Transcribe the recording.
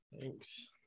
thanks